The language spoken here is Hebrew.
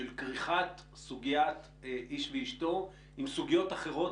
של כריכת סוגית "איש ואשתו" עם סוגיות אחרות,